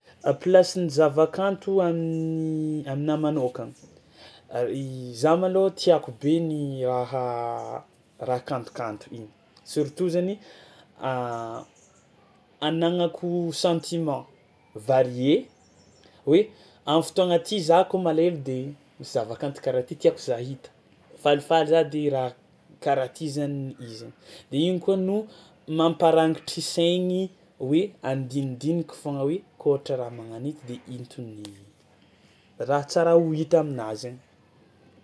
A plasin'ny zavakanto amin'ny aminahy manôkagna: za malôha tiàko be ny aha raha kantokanto iny surtout zany anagnako sentiment varié hoe am'fotoagna ty zahako malahelo de zavakanto karaha ty tiàko za hita, falifaly za de raha karaha ty zany iziny, igny koa no mamparangitry saigny hoe andinindinika foagna hoe kôa ohatra raha mana an'ito de ito ny raha tsara ho hita aminazy zainy.